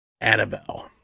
Annabelle